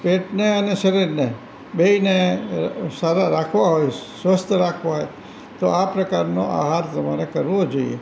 પેટને અને શરીરને બેયને સારાં રાખવાં હોય સ્વસ્થ રાખવાં હોય તો આ પ્રકારનો આહાર તમારે કરવો જોઇએ